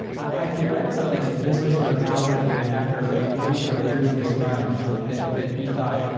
i read something that this was sort of al's idea after what you sort of drew and described that that he thought,